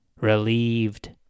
Relieved